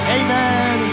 amen